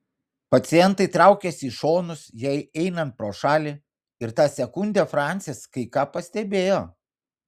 pacientai traukėsi į šonus jai einant pro šalį ir tą sekundę francis kai ką pastebėjo